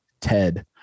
Ted